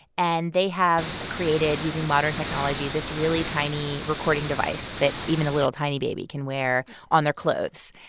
and they have created using modern technology this really tiny recording device that even a little tiny baby can wear on their clothes.